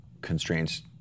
constraints